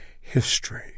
history